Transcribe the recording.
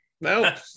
no